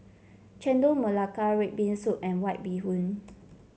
Chendol Melaka red bean soup and White Bee Hoon